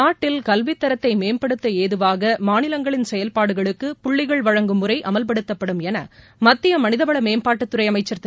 நாட்டில் கல்வித் தரத்தை மேம்படுத்த ஏதுவாக மாநிலங்களின் செயல்பாடுகளுக்கு புள்ளிகள் வழங்கும் முறை அமல்படுத்தப்படும் என மத்திய மனிதவள மேம்பாட்டுத்துறை அமைச்சர் திரு